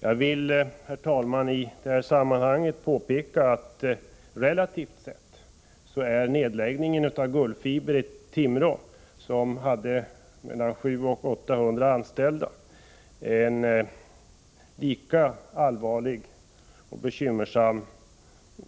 Jag vill, herr talman, i detta sammanhang påpeka att nedläggningen av Gullfiber i Timrå, som hade mellan 700 och 800 anställda, är ett relativt sett lika allvarligt och